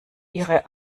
ihre